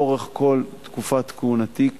לאורך כל תקופת כהונתי,